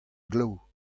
glav